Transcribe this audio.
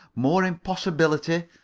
more impossibility.